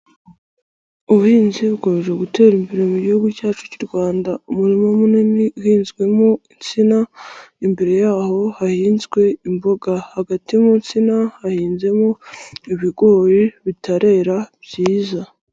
Ubuhinzi bukomeje gutera imbere mu gihugu cyacu cy'u Rwanda. Umurima munini uhinzwemo insina, imbere yaho hahinzwe imboga. Hagati mu nsiana hahinzemo ibigori bitarera byiza.